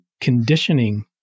conditioning